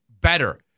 better